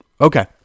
Okay